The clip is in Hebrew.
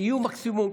יהיו מקסימום.